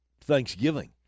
Thanksgiving